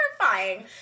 terrifying